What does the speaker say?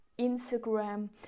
Instagram